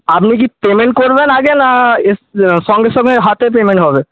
আপনি কি পেমেন্ট করবেন আগে না সঙ্গে সঙ্গে হাতে পেমেন্ট হবে